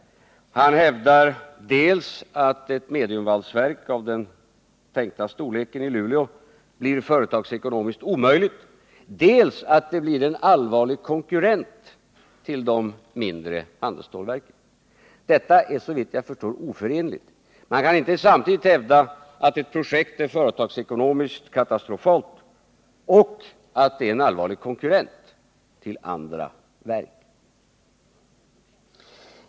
Han hävdade dels att ett mediumvalsverk av den tänkta storleken i Luleå blir företagsekonomiskt omöjligt, dels att det blir en allvarlig konkurrent till de mindre handelsstålverken. Detta är såvitt jag förstår oförenligt. Man kan inte samtidigt hävda att ett projekt är företagsekonomiskt katastrofalt och att det är en allvarlig konkurrent till andra verk.